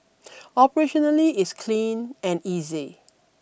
operationally it's clean and easy